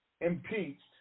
impeached